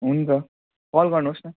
हुन्छ कल गर्नुहोस् न